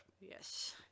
Yes